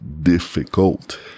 difficult